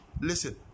listen